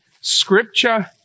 Scripture